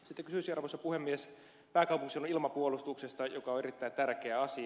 sitten kysyisin arvoisa puhemies pääkaupunkiseudun ilmapuolustuksesta joka on erittäin tärkeä asia